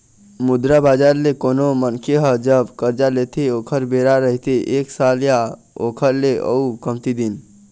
मुद्रा बजार ले कोनो भी मनखे ह जब करजा लेथे ओखर बेरा रहिथे एक साल या ओखर ले अउ कमती दिन